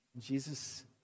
Jesus